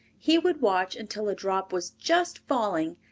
he would watch until a drop was just falling,